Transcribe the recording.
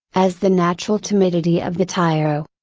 as the natural timidity of the tyro.